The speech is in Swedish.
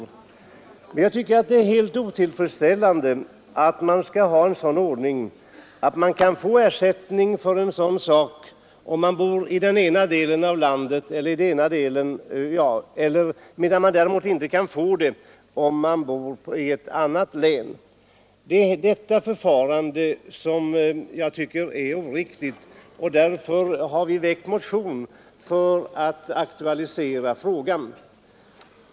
Jag tycker att det är otillfredsställande att vi skall ha en sådan ordning att man får ersättning om man bor i ett län, men inte får det om man bor i ett annat län. Det är denna ordning som jag tycker är oriktig, och därför har vi genom en motion aktualiserat frågan.